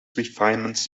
refinements